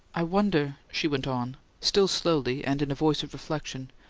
i wonder, she went on, still slowly, and in a voice of reflection,